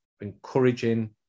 encouraging